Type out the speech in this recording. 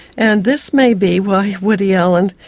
and this may be why woody allen,